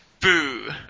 Boo